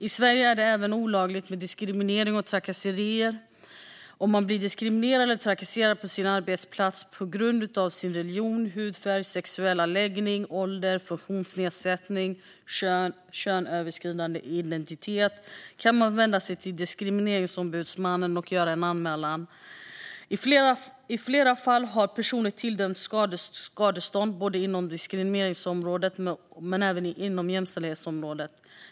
I Sverige är det även olagligt med diskriminering och trakasserier. Om man blir diskriminerad eller trakasserad på sin arbetsplats på grund av sin religion, hudfärg, sexuella läggning, ålder, funktionsnedsättning, kön eller könsöverskridande identitet kan man vända sig till Diskrimineringsombudsmannen och göra en anmälan. I flera fall har personer tilldömts skadestånd både inom diskrimineringsområdet och inom jämställdhetsområdet.